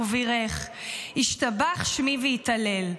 ובירך: ישתבח שמי ויתהלל.